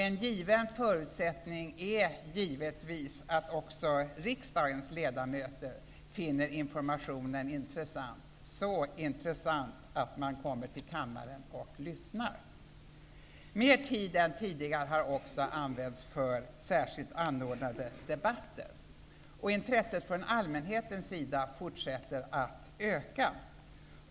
En förutsättning är givetvis att också riksdagens ledamöter finner informationen intressant, så intressant att man kommer till kammaren och lyssnar. Mer tid än tidigare har också använts för särskilt anordnade debatter. Också intresset från allmänhetens sida fortsätter att öka.